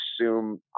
assume